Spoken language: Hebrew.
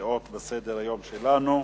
שמופיעות בסדר-היום שלנו.